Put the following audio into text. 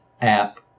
app